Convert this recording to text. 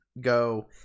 go